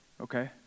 okay